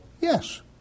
Yes